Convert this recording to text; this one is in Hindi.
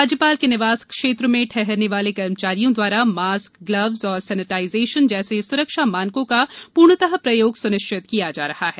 राज्यपाल के निवास क्षेत्र में ठहरने वाले कर्मचारियों द्वारा मास्क ग्लब्स एवं सेनेटाइजेशन जैसे स्रक्षा मानकों का पूर्णतः प्रयोग स्निश्चत किया जा रहा है